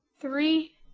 Three